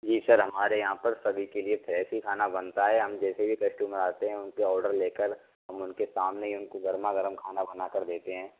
जी sir हमारे यहाँ पर सभी के लिए फ्रेश ही खाना बनता है हम जैसे ही कस्टबर आते है ऑडर लेकर हम उनके सामने ही उनको गरमा गरम खाना बना कर देते है